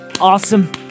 Awesome